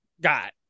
got